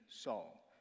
Saul